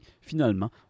finalement